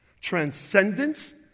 Transcendence